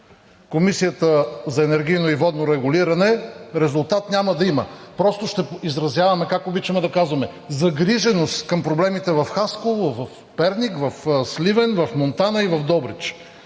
Комисията за енергийно и водно регулиране, резултат няма да има. Просто ще изразяваме, както обичаме да казваме, загриженост към проблемите в Хасково, в Перник, в Сливен, в Монтана и в Добрич,